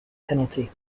penalty